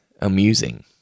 amusing